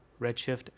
Redshift